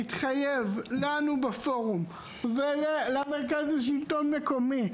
התחייבו לנו בפורום ולרכז השלטון המקומי,